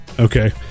Okay